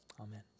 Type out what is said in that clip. amen